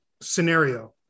scenario